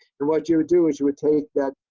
and what you would do is you would take that,